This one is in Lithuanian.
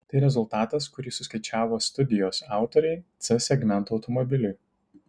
tai rezultatas kurį suskaičiavo studijos autoriai c segmento automobiliui